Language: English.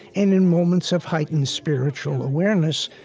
and in moments of heightened spiritual awareness,